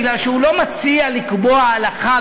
מפני שהוא לא מציע לקבוע הלכה,